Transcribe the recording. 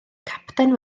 capten